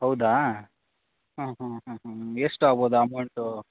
ಹೌದಾ ಹ್ಞೂ ಹ್ಞೂ ಹ್ಞೂ ಹ್ಞೂ ಎಷ್ಟು ಆಗ್ಬೋದು ಅಮೌಂಟು